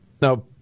now